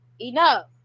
enough